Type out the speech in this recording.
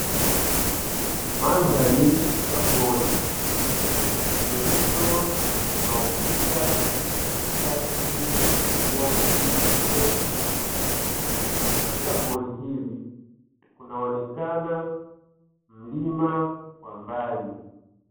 Mandhari ya pori yenye mto unapita katikati ya nyasi ndefu, katika pori hili kunaonekana mlima kwa mbali.